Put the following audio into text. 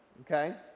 okay